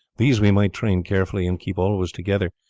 these we might train carefully and keep always together,